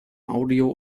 audio